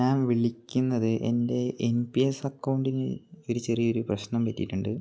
ഞാൻ വിളിക്കുന്നത് എൻ്റെ എൻ പി എസ് അക്കൗണ്ടിന് ഒരു ചെറിയ ഒരു പ്രശ്നം പറ്റിയിട്ടുണ്ട്